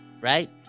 Right